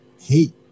hate